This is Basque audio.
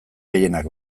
gehienak